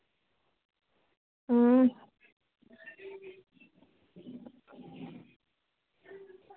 अं